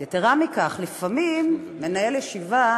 יתרה מכך, לפעמים מנהל ישיבה